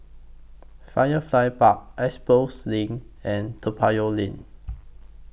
Firefly Park Expo LINK and Toa Payoh Lane